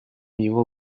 него